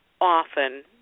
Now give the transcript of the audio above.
often